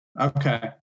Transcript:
Okay